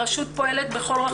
הרשות פועלת בכל רחבי הארץ.